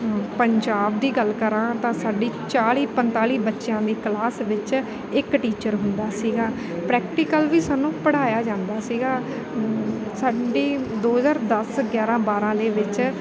ਪੰਜਾਬ ਦੀ ਗੱਲ ਕਰਾਂ ਤਾਂ ਸਾਡੀ ਚਾਲੀ ਪੰਤਾਲੀ ਬੱਚਿਆਂ ਦੀ ਕਲਾਸ ਵਿੱਚ ਇੱਕ ਟੀਚਰ ਹੁੰਦਾ ਸੀਗਾ ਪ੍ਰੈਕਟੀਕਲ ਵੀ ਸਾਨੂੰ ਪੜ੍ਹਾਇਆ ਜਾਂਦਾ ਸੀਗਾ ਸਾਡੀ ਦੋ ਹਜ਼ਾਰ ਦਸ ਗਿਆਰ੍ਹਾਂ ਬਾਰ੍ਹਾਂ ਦੇ ਵਿੱਚ